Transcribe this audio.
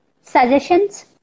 suggestions